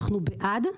אנחנו בעד,